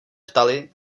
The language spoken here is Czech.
ptali